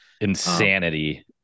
Insanity